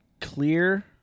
clear